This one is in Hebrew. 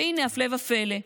והינה, הפלא ופלא,